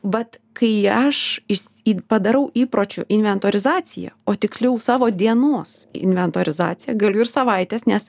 vat kai aš išsyk padarau įpročių inventorizaciją o tiksliau savo dienos inventorizaciją galiu ir savaitės nes